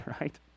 right